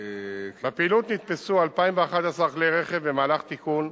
בפעילות נתפסו 2,011 כלי רכב במהלך תיקון,